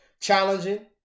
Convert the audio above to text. challenging